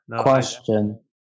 question